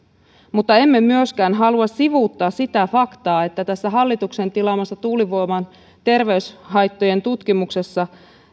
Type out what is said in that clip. mutta emme myöskään halua sivuuttaa sitä faktaa että tässä hallituksen tilaamassa tuulivoiman terveyshaittojen tutkimuksessa